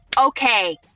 Okay